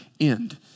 end